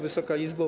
Wysoka Izbo!